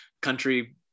country